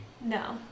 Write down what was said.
No